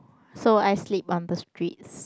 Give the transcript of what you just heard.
so I sleep on the streets